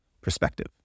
perspective